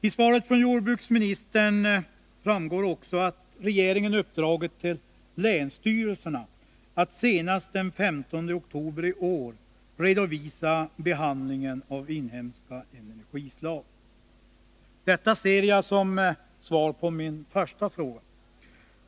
I svaret från jordbruksministern framgår också att regeringen uppdragit till länsstyrelserna att senast den 15 oktober i år redovisa behandlingen av inhemska energislag. Detta ser jag som svar på min första fråga.